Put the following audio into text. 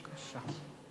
בבקשה.